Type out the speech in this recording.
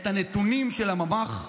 את הנתונים של הממ"ח,